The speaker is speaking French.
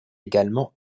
également